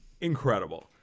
Incredible